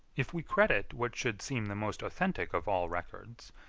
if we credit what should seem the most authentic of all records,